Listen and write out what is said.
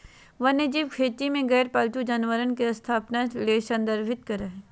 वन्यजीव खेती में गैर पालतू जानवर के स्थापना ले संदर्भित करअ हई